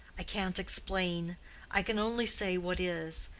i can't explain i can only say what is.